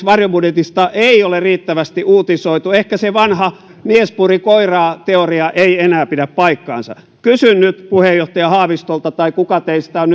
varjobudjetista ei ole riittävästi uutisoitu ehkä se vanha mies puri koiraa teoria ei enää pidä paikkansa kysyn nyt puheenjohtaja haavistolta tai kuka teistä on